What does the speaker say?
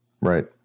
Right